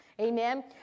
Amen